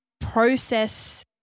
process